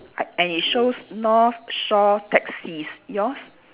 a~ and it shows North Shore taxis yours